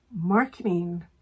marketing